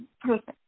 Perfect